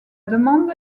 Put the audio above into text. demande